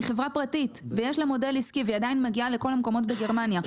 היא חברה פרטית ויש לה מודל עסקי והיא עדיין מגיעה לכל המקומות בגרמניה.